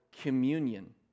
communion